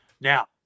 Now